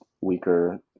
weaker